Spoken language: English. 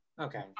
Okay